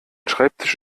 schreibtisch